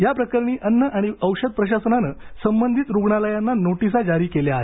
याप्रकरणी अन्न आणि औषध प्रशासनानं संबंधित रुग्णालयांना नोटिसा जारी केल्या आहेत